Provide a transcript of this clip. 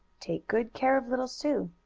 take good care of little sue!